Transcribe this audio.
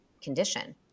condition